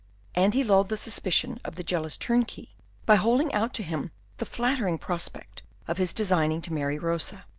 and he lulled the suspicion of the jealous turnkey by holding out to him the flattering prospect of his designing to marry rosa.